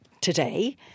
today